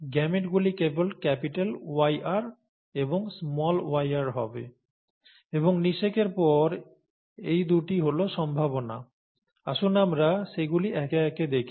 গেমেটগুলি কেবল YR এবং yr হবে এবং নিষেকের পর এই দুটি হল সম্ভাবনা আসুন আমরা সেগুলি একে একে দেখি